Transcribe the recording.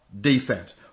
Defense